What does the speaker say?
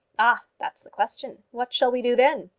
ah, that's the question. what shall we do then?